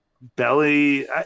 belly